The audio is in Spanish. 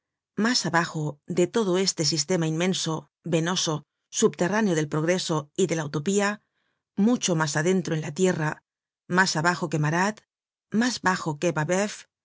mas abajo de todo este sistema inmenso venoso subterráneo del progreso y de la utopia mucho mas adentro en la tierra mas bajo que marat mas bajo que babeuf mas